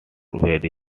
very